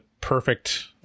perfect